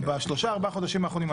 בשלושה-ארבעה החודשים האחרונים אני